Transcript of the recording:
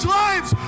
lives